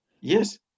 Yes